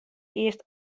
earst